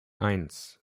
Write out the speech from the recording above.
eins